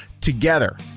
together